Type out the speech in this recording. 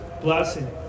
blessing